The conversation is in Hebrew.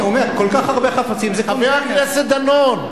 חבר הכנסת דנון,